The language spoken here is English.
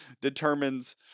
determines